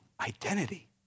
identity